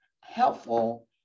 helpful